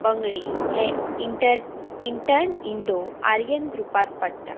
बंगळी हे इंट इंटन इंडो आर्यन ग्रुपांत पडटा